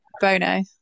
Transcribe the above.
bono